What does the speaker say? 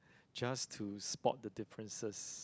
just to spot the differences